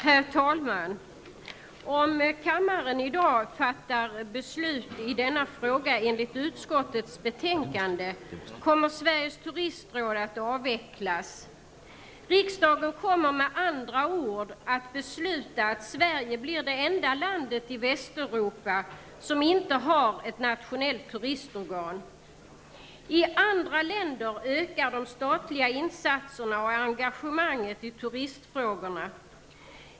Herr talman! Om kammaren i dag fattar beslut i denna fråga enligt utskottets betänkande, kommer Sveriges turistråd att avvecklas. Riksdagen kommer -- med andra ord -- att besluta att Sverige blir det enda landet i Västeuropa som inte har ett nationellt turistorgan. I andra länder ökar de statliga insatserna och engagemanget i turistfrågorna.